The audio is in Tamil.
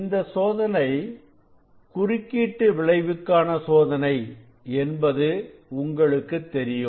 இந்த சோதனை குறுக்கீட்டு விளைவு காண சோதனை என்பது உங்களுக்கு தெரியும்